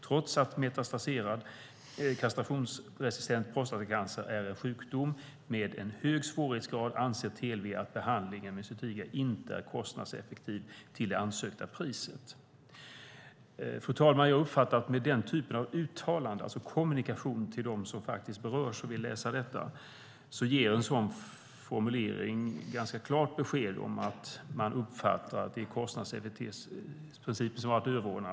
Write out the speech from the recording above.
Trots att metastaserad kastrationsresistent prostatacancer är en sjukdom med en hög svårighetsgrad anser TLV att behandling med Zytiga inte är kostnadseffektiv till det ansökta priset." Fru talman! Jag uppfattar att en sådan formulering, alltså kommunikation till dem som faktiskt berörs och vill läsa detta, ger ganska klart besked om att man uppfattar att det är kostnadseffektivitetsprinicpen som har varit överordnad.